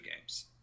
games